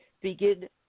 begin